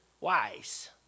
wise